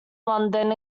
london